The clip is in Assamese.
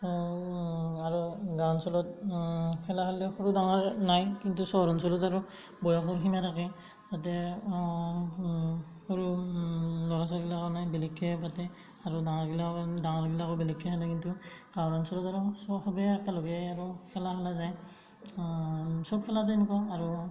আৰু গাঁও অঞ্চলত খেলা খেললিও সৰু ডাঙাৰ নাই কিন্তু চহৰ অঞ্চলত আৰু বয়সৰ সীমা থাকে তাতে সৰু ল'ৰা ছোৱালীগিলাৰ কাৰণে বেলেগকে পাতে আৰু ডাঙৰবিলাকৰ কাৰণে ডাঙৰবিলাকৰ বেলেগকে খেলে কিন্তু গাঁও অঞ্চলত আৰু চবে একেলগে আৰু খেলা খেলা যায় চব খেলাতে এনেকুৱা আৰু